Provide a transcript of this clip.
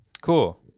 Cool